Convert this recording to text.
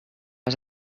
has